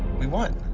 we won!